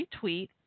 retweet